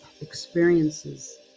experiences